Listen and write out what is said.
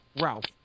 ralph